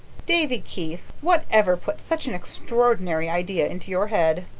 davy keith, whatever put such an extraordinary idea into your head?